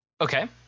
Okay